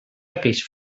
aquells